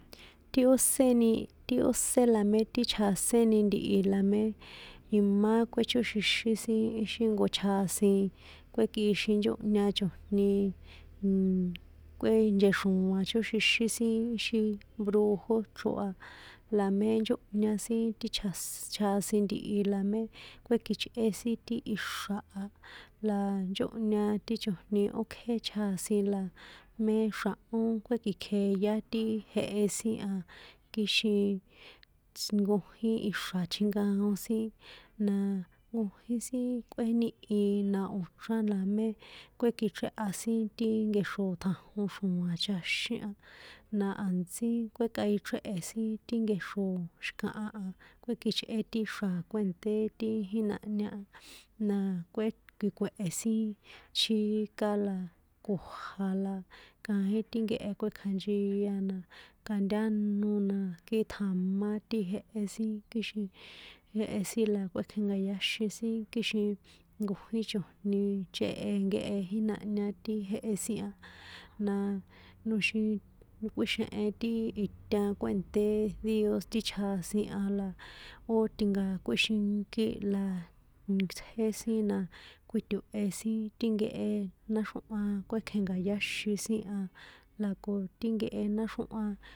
Ti óséni, ti ósé la mé ti chjaséni ntihi la mé imá kuéchóxixín sin exi nko hcjasin kuekꞌixin nchóhña chojni nnnnn, kꞌuénchexroa̱n chóxixín sin xí brujo chro a, la mé nchónhña sin ti chjasss, chjasin ntihi la mé kuékichꞌe sin ti ixra̱ a, la nchonhña ti chojniókjé chjasin la mé xra̱hó kuékikjeyá ti jehe sin a, kixin nkojín ixra̱ tjinkoan sin na nkojín sin kꞌuéníhi na o̱ chrán namé kuekichréha sin ti nkexro tjanjon xroa̱n chaxín a na a̱ntsí kuekꞌajichréhe sin ti nkexro xi̱kaha kuekichꞌe ti xra̱ kuènṭé ti jínahña a, na kuekikue̱he sin chíka la ko̱ja̱ la, kaín ti nkehe kuékjanchia na, kantáno na, kitjamá ti jehe sin kixin jehe sin la kuekjenka̱yáxin sin kixin nkojín chojni chehe nkehe jinahña ti jehe sin a, na noxin kꞌuíxehen ti itan kuènṭé díos ti chjasin a la ó tinkákꞌuíxinkí la tsjé sin na kuíto̱he sin ti nkehe náxrjóhan kuekjenka̱yáxin sin a, la ko ti nkehe náxrjóhan.